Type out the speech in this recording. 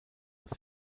das